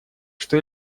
что